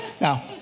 Now